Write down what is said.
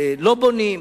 לא בונים.